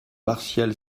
martial